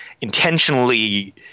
intentionally